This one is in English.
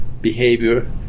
behavior